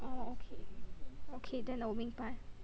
orh okay okay then 我明白